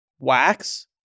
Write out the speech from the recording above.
Wax